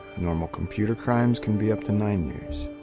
normal computer crimes can be up to nine years.